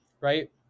right